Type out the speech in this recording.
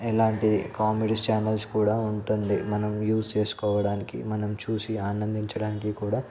ఎలాంటిది comedies channels కూడా ఉంటుంది మనం యూస్ చేసుకోవడానికి మనం చూసి ఆనందించడానికి కూడా